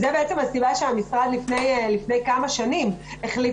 זו בעצם הסיבה שהמשרד לפני כמה שנים החליט